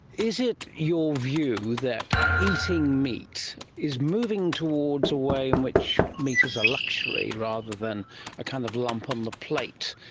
is it your view that eating meat is moving towards a way in which meat is a luxury rather than a kind of lump on the plate,